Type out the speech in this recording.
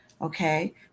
okay